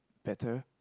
better